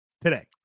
Today